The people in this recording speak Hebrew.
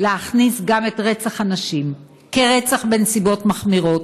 להכניס גם את רצח הנשים כרצח בנסיבות מחמירות